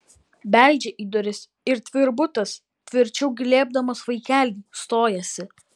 beldžia į duris ir tvirbutas tvirčiau glėbdamas vaikelį stojasi